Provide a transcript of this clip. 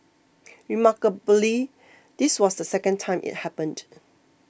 remarkably this was the second time it happened